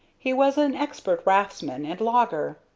he was an expert raftsman and logger.